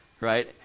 right